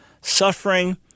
Suffering